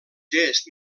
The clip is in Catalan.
gest